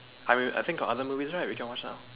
I mean I think got other movies right we can watch now